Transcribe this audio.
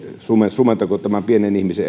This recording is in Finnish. sumentako tämän pienen ihmisen